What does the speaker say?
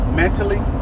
mentally